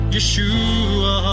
Yeshua